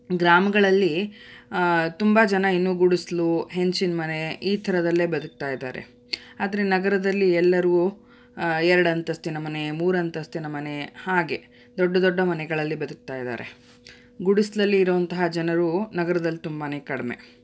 ಗ್ರಾಮಗಳಲ್ಲಿ ತುಂಬ ಜನ ಇನ್ನೂ ಗುಡಿಸ್ಲು ಹೆಂಚಿನ ಮನೆ ಈ ಥರದಲ್ಲೇ ಬದುಕ್ತಾ ಇದ್ದಾರೆ ಆದರೆ ನಗರದಲ್ಲಿ ಎಲ್ಲರೂ ಎರಡಂತಸ್ತಿನ ಮನೆ ಮೂರಂತಸ್ತಿನ ಮನೆ ಹಾಗೆ ದೊಡ್ಡ ದೊಡ್ಡ ಮನೆಗಳಲ್ಲಿ ಬದುಕ್ತಾ ಇದ್ದಾರೆ ಗುಡಿಸ್ಲಲ್ಲಿ ಇರುವಂತಹ ಜನರು ನಗರದಲ್ಲಿ ತುಂಬಾ ಕಡಿಮೆ